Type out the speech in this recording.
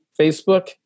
Facebook